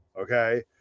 Okay